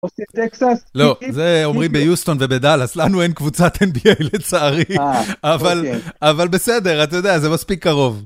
אוסטין טקסס? לא, זה אומרים ביוסטון ובדלאס, לנו אין קבוצת NBA לצערי, אה.. אוקיי.. אבל בסדר, אתה יודע, זה מספיק קרוב.